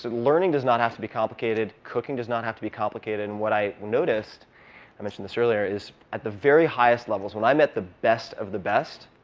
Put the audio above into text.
learning does not have to be complicated. cooking does not have to be complicated. and what i noticed i mentioned this earlier is at the very highest levels, when i met the best of the best,